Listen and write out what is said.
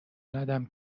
ندم